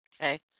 Okay